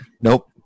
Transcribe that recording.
Nope